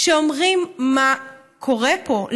שאומרים: מה קורה פה?